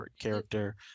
character